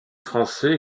français